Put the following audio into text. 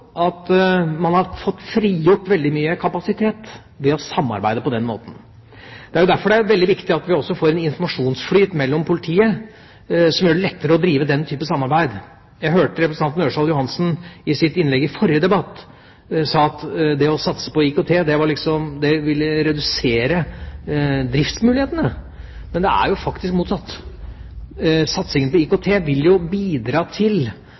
at man har fått frigjort veldig mye kapasitet ved å samarbeide på den måten. Det er jo derfor det er veldig viktig at vi også får en informasjonsflyt politiet imellom, som gjør det lettere å drive den typen samarbeid. Jeg hørte representanten Ørsal Johansen si i sitt innlegg i forrige debatt at det å satse på IKT ville redusere driftsmulighetene. Men det er jo faktisk motsatt. Satsingen på IKT vil bidra til